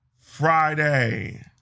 Friday